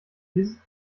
dieses